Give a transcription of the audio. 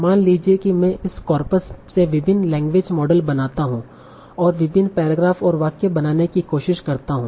मान लीजिए कि मैं इस कॉर्पस से विभिन्न लैंग्वेज मॉडल बनाता हूं और विभिन्न पैराग्राफ और वाक्य बनाने की कोशिश करता हूं